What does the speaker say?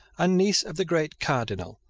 and niece of the great cardinal,